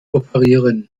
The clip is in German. operieren